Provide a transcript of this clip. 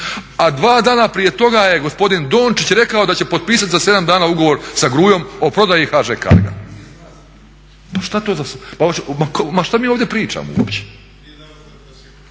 A dva dana prije toga je gospodin Dončić rekao da će potpisati za 7 dana ugovor sa Gruiom o prodaji HŽ Cargoa. … /Upadica se